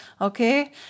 Okay